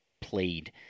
played